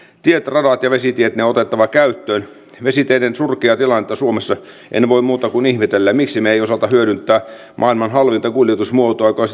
tiet radat ja vesitiet on otettava käyttöön vesiteiden surkeaa tilannetta suomessa en voi muuta kuin ihmetellä miksi me emme osaa hyödyntää maailman halvinta kuljetusmuotoa joka